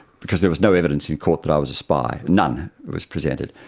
because there was no evidence in court that i was a spy, none that was presented.